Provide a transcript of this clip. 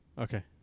Okay